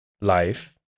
life